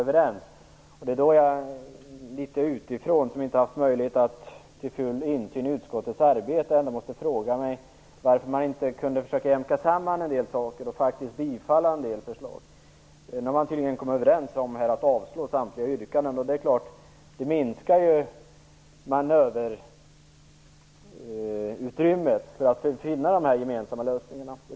Därför måste jag, som inte har haft full insyn i utskottets arbete, fråga mig varför man inte kunde försöka jämka samman vissa synpunkter och bifalla en del förslag. Nu har man tydligen kommit överens om att avslå samtliga yrkanden, och det minskar ju manöverutrymmet för att finna gemensamma lösningar.